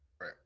Right